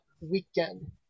weekend